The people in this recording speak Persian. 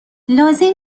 لازم